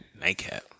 Nightcap